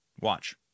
Watch